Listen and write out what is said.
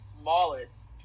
smallest